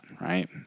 Right